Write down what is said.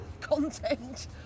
content